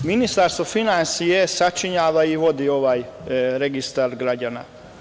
Ministarstvo finansija sačinjava i vodi ovaj registar građana.